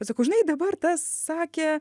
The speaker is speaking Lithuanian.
sakau žinai dabar tas sakė